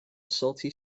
salty